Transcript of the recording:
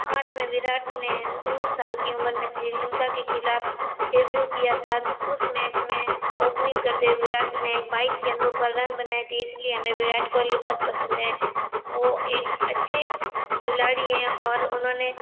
आठ में विराट ने उन्नीस साल की उम्र में श्रीलंका के खिलाफ डेब्यू किया था उसे मैच में ओपनिंग करते हुए विराट ने बाईस गेंदों पर रन बनाए थे इसलिए हमें विराट कोहली बहुत पसंद है वो एक अच्छे खिलाड़ी है और उन्होंने